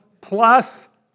plus